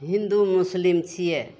हिन्दू मुस्लिम छियै